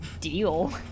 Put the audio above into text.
deal